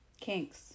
Kinks